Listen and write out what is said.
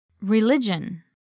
Religion